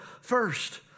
first